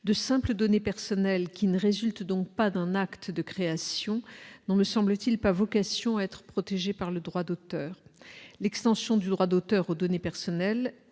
de simples données personnelles qui ne résulte donc pas d'un acte de création non, me semble-t-il, pas vocation à être protégé par le droit d'auteur, l'extension du droit d'auteur aux données personnelles